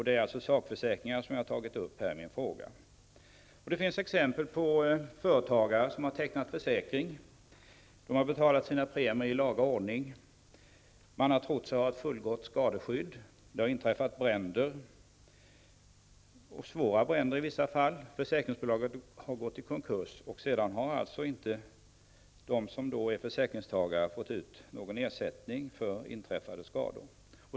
Det är alltså sakförsäkringarna som jag har tagit upp i min fråga. Det finns exempel på företagare som har tecknat försäkring. De har betalat sina premier i laga ordning. De har trott sig ha ett fullgott skadeskydd. Det har inträffat bränder, svåra bränder i vissa fall. Försäkringsbolaget har gått i konkurs, och de som är försäkringstagare har alltså inte fått ut någon ersättning för inträffade skador.